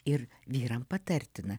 ir vyram patartina